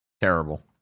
Terrible